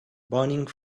burning